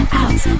out